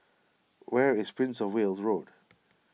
where is Prince of Wales Road